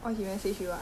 ya